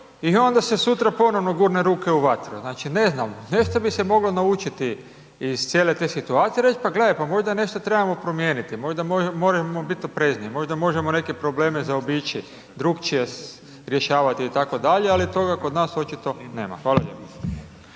i onda se sutra ponovno gurne ruke u vatru. Znači ne znam nešto bi se moglo naučiti iz cijele te situacije i reć pa gledaj pa možda nešto trebamo promijeniti, možda možemo biti oprezniji, možda možemo neke probleme zaobići, drugačije rješavati itd., ali toga kod nas očito nema. Hvala lijepo.